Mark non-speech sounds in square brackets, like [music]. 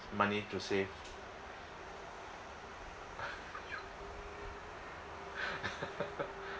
money to save [laughs]